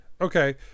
Okay